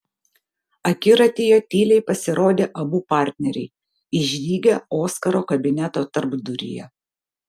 akiratyje tyliai pasirodė abu partneriai išdygę oskaro kabineto tarpduryje